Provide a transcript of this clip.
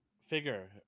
figure